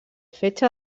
fetge